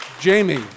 Jamie